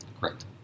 Correct